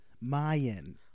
Mayan